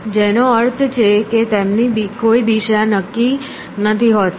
જેનો અર્થ છે કે તેમની કોઈ દિશા નક્કી નથી હોતી